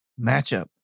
matchup